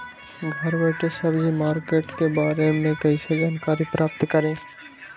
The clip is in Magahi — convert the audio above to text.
घर बैठे सब्जी मार्केट के बारे में कैसे जानकारी प्राप्त करें?